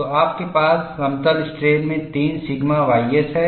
तो आपके पास समतल स्ट्रेन में 3 सिग्मा ys हैं